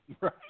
Right